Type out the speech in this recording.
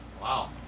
Wow